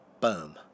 Boom